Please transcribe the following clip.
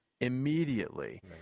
immediately